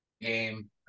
game